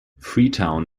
freetown